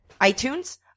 iTunes